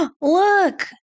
Look